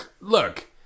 look